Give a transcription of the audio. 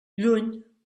lluny